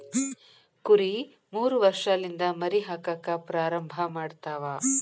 ಕುರಿ ಮೂರ ವರ್ಷಲಿಂದ ಮರಿ ಹಾಕಾಕ ಪ್ರಾರಂಭ ಮಾಡತಾವ